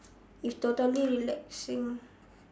if totally relaxing